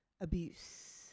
abuse